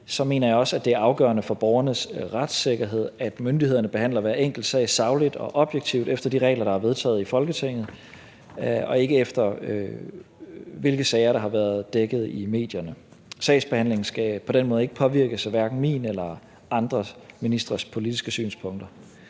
mener jeg, at det er afgørende for borgernes retssikkerhed, at myndighederne behandler hver enkelt sag sagligt og objektivt efter de regler, der er vedtaget i Folketinget, og ikke efter, hvilke sager der har været dækket i medierne. Sagsbehandlingen skal på den måde ikke påvirkes, hverken af min eller andre ministres politiske synspunkter.